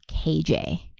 KJ